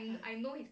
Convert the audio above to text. ya